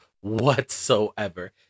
whatsoever